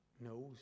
knows